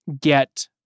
get